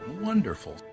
Wonderful